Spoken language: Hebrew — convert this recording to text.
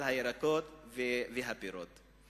על הירקות ועל הפירות.